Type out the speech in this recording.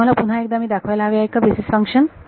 तुम्हाला पुन्हा एकदा मी दाखवायला हवे आहे का बेसीस फंक्शन